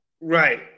right